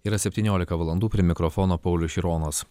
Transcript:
yra septyniolika valandų prie mikrofono paulius šironas